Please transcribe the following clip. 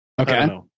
Okay